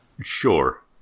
Sure